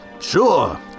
sure